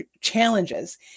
challenges